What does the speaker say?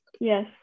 Yes